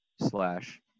slash